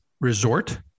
resort